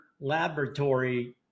laboratory